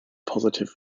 positive